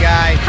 Guy